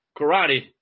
karate